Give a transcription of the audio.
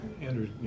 Andrew